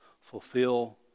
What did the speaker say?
Fulfill